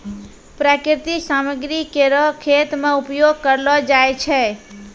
प्राकृतिक सामग्री केरो खेत मे उपयोग करलो जाय छै